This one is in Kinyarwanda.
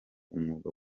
umwuga